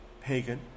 pagan